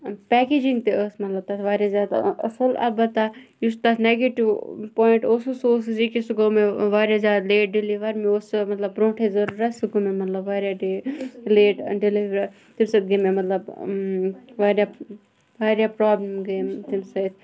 packaging تہِ ٲس مطلب تَتھ واریاہ زیادٕ اَصٕل البتہ یُس تَتھ نَگیٹِو پویِنٛٹ اوسُس سُہ اوسُس یہِ کہِ سُہ گوٚو مےٚ واریاہ زیادٕ لیٹ ڈِلِوَر مےٚ اوس سُہ مطلب بروںٛٹھٕے ضٔروٗرت سُہ گوٚو مےٚ مطلب واریاہ ڈے لیٹ ڈِلِوَر تمہِ سۭتۍ گٔے مےٚ مطلب واریاہ واریاہ پرٛابلِم گٔے مےٚ تمہِ سۭتۍ